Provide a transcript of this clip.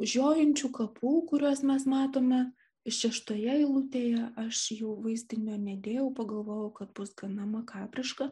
žiojinčių kapų kuriuos mes matome šeštoje eilutėje aš jų vaizdinio nedėjau pagalvojau kad bus gana makabriška